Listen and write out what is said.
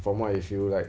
from what I feel like